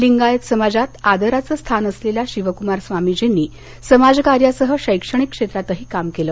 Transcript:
लिंगायत समाजात आदराचे स्थान असलेल्या शिवकुमार स्वामीजींनी समाजकार्यासह शैक्षणिक क्षेत्रातही काम केलं